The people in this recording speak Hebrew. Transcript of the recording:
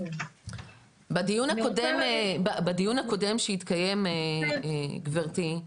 בדיון הקודם שהתנהל גבירתי,